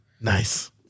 Nice